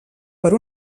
per